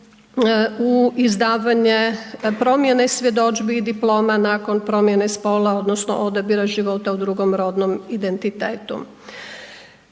u izdavanje promjene svjedodžbi i diploma nakon promjene spola odnosno odabira života u drugom rodnom identitetu.